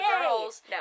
girls